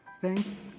thanks